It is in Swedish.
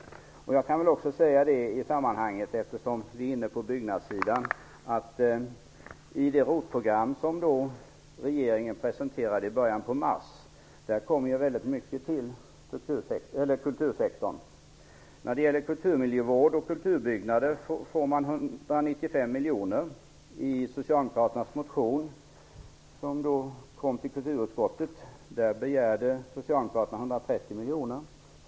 Eftersom vi är inne på frågan om byggnader kan jag i detta sammanhang också nämna att det i det ROT program som regeringen presenterade i början på mars avsätts väldigt mycket till kultursektorn. När det gäller kulturmiljövård och kulturbyggnader får man 195 miljoner. Enligt Socialdemokraternas motion, som kom till kulturutskottet, begärde Socialdemokraterna 130 miljoner.